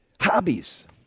Hobbies